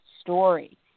story